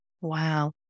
Wow